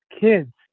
kids